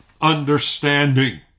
understanding